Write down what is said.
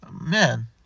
man